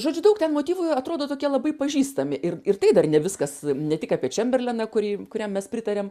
žodžiu daug ten motyvų atrodo tokie labai pažįstami ir ir tai dar ne viskas ne tik apie čemberleną kurį kuriam mes pritariam